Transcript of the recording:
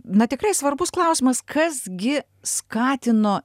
na tikrai svarbus klausimas kas gi skatino